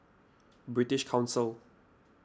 British Council